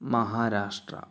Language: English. Maharashtra